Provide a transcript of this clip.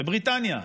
בבריטניה,